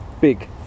big